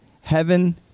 heaven